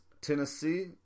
Tennessee